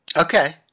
okay